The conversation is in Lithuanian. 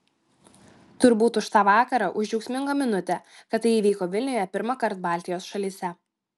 turbūt už tą vakarą už džiaugsmingą minutę kad tai įvyko vilniuje pirmąkart baltijos šalyse